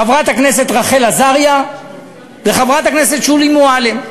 חברת הכנסת רחל עזריה וחברת הכנסת שולי מועלם,